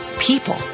people